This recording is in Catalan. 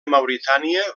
mauritània